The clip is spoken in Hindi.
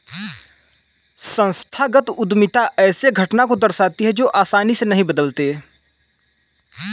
संस्थागत उद्यमिता ऐसे घटना को दर्शाती है जो आसानी से नहीं बदलते